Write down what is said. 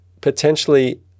potentially